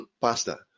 pasta